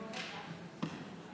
מי שנמצא כאן,